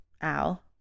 Al